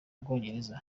bwongereza